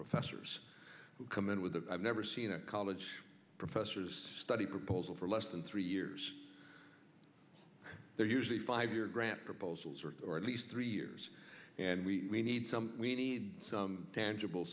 professors who come in with a i've never seen a college professors study proposal for less than three years they're usually five year grant proposals or at least three years and we need some we need some tangible